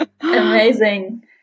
amazing